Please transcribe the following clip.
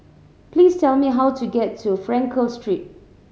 please tell me how to get to Frankel Street